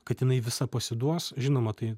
kad jinai visa pasiduos žinoma tai